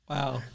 Wow